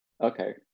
Okay